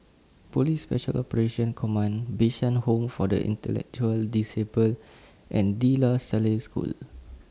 Police Special Operations Command Bishan Home For The Intellectual Disabled and De La Salle School